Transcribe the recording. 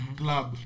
club